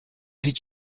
did